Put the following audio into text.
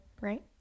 right